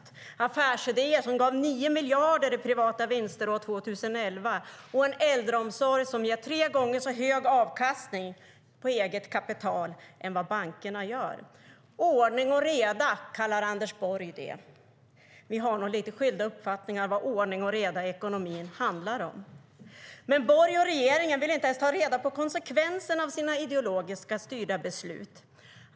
Det är affärsidéer som gav 9 miljarder i privata vinster år 2011 och en äldreomsorg som ger tre gånger så hög avkastning på eget kapital som bankerna. Ordning och reda kallar Anders Borg det. Vi har nog lite skilda uppfattningar om vad ordning och reda i ekonomin handlar om. Men Borg och regeringen vill inte ta reda på konsekvenserna av sina ideologiskt styrda beslut.